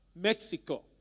Mexico